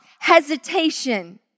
Hesitation